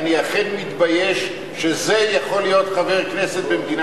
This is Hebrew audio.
אני קורא לך לסדר פעם ראשונה, חבר הכנסת נסים